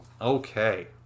okay